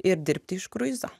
ir dirbti iš kruizo